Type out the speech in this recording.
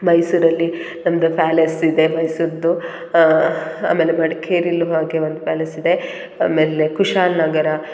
ಮೈಸೂರಲ್ಲಿ ಒಂದು ಪ್ಯಾಲೇಸ್ ಇದೆ ಮೈಸೂರ್ದು ಆಮೇಲೆ ಮಡಿಕೇರಿಲೂ ಹಾಗೆ ಒಂದು ಪ್ಯಾಲೇಸ್ ಇದೆ ಆಮೇಲೆ ಕುಶಾಲನಗರ